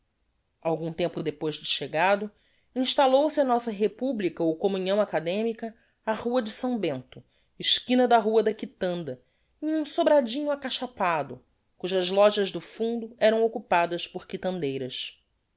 magistratura algum tempo depois de chegado installou se a nossa republica ou communhão academica á rua de s bento esquina da rua da quitanda em um sobradinho acachapado cujas lojas do fundo eram occupadas por quitandeiras